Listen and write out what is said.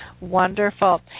wonderful